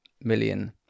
million